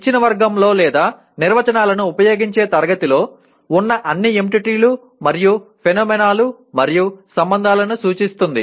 ఇచ్చిన వర్గంలో లేదా నిర్వచనాలను ఉపయోగించే తరగతిలో ఉన్న అన్ని ఎంటిటీలు మరియు ఫెనోమేనా లు మరియు సంబంధాలను సూచిస్తుంది